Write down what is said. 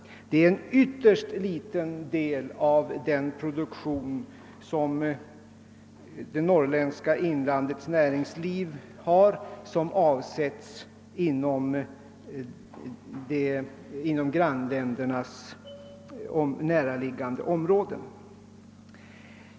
Det är en ytterst liten del av produktionen i det norrländska inlandet som avsätts inom grannländernas näraliggande områden.